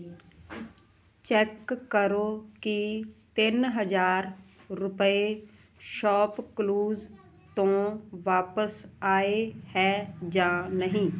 check ਕਰੋ ਕਿ ਤਿੰਨ ਹਜ਼ਾਰ ਰੁਪਏ ਸ਼ੌਪਕਲੂਜ਼ ਤੋਂ ਵਾਪਸ ਆਏ ਹੈ ਜਾਂ ਨਹੀਂ